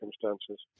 circumstances